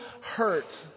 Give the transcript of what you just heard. hurt